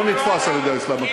לא נתפס על-ידי האסלאם הקיצוני.